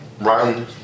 run